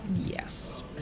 yes